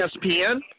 ESPN